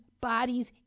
bodies